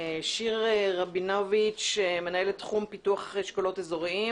שיר רבינוביץ', מנהלת תחום פיתוח אשכולות אזוריים